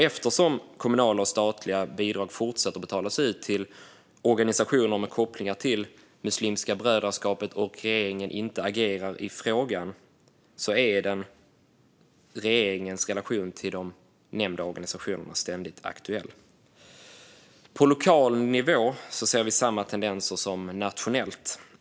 Eftersom kommunala och statliga bidrag fortsätter att betalas ut till organisationer med kopplingar till Muslimska brödraskapet och regeringen inte agerar i frågan är regeringens relation till de nämnda organisationerna ständigt aktuell. På lokal nivå ser vi samma tendenser som nationellt.